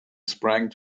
sprang